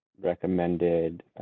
recommended